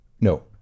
No